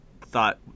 thought